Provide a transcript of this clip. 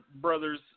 Brothers